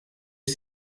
ich